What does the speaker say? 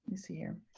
see here.